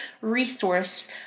resource